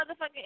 motherfucking